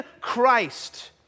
Christ